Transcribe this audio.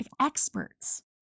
experts